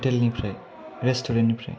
हटेलनिफ्राय रेस्टुरेन्टनिफ्राय